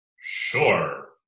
sure